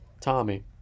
Tommy